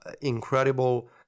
incredible